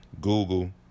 google